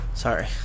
Sorry